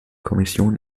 kommission